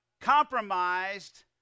compromised